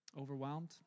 Overwhelmed